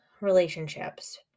relationships